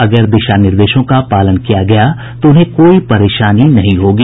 अगर दिशानिर्देशों का पालन किया गया तो उन्हें कोई परेशानी नहीं होगी